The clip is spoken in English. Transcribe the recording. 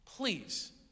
Please